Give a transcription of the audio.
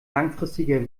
langfristiger